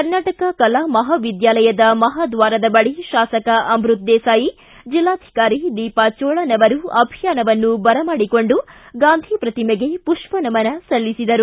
ಕರ್ನಾಟಕ ಕಲಾ ಮಹಾವಿದ್ಯಾಲಯದ ಮಹಾದ್ವಾರದ ಬಳಿ ಶಾಸಕ ಅಮೃತ ದೇಸಾಯಿ ಜಿಲ್ಲಾಧಿಕಾರಿ ದೀಪಾ ಚೋಳನ್ ಅವರು ಅಭಿಯಾನವನ್ನು ಬರಮಾಡಿಕೊಂಡು ಗಾಂಧಿ ಪ್ರತಿಮೆಗೆ ಪುಷ್ವನಮನ ಸಲ್ಲಿಸಿದರು